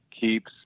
keeps